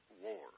war